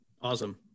Awesome